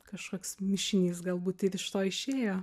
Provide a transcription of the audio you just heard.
kažkoks mišinys galbūt ir iš to išėjo